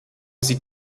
sie